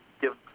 give